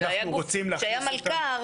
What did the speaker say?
כשהיה גוף,